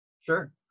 sure